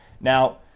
now